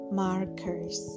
markers